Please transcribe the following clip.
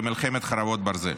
במלחמת חרבות ברזל.